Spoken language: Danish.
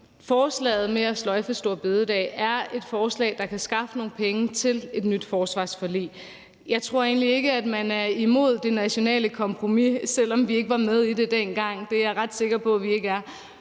Forslaget om at sløjfe store bededag er et forslag, der kan skaffe nogle penge til et nyt forsvarsforlig. Jeg tror egentlig ikke, at vi er imod det nationale kompromis, selv om vi ikke var med i det dengang. Det er jeg ret sikker på vi ikke er.